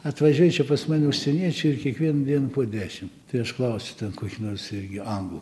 atvažiuoja čia pas mane užsieniečiai ir kiekvieną dieną po dešim tai aš klausiu ten kokį nors irgi anglų